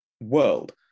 world